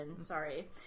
sorry